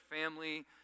family